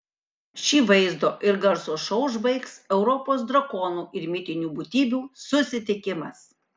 šį vaizdo ir garso šou užbaigs europos drakonų ir mitinių būtybių susitikimas